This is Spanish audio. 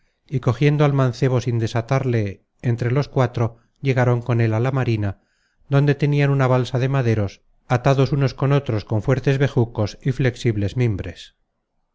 y cogiendo al mancebo sin desatarle entre los cuatro llegaron con él á la marina donde tenian una balsa de maderos atados unos con otros con fuertes bejucos y flexibles mimbres